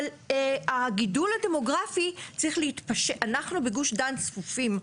אבל הגידול הדמוגרפי, אנחנו בגוש דן צפופים.